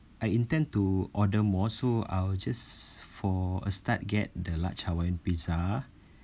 I intend to order more so I will just for a start get the large hawaiian pizza